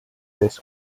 this